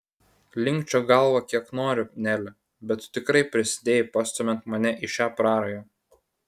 linkčiok galvą kiek nori nele bet tu tikrai prisidėjai pastumiant mane į šią prarają